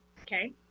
okay